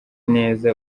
neza